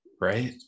right